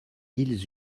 ils